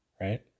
right